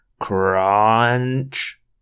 CRUNCH